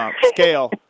scale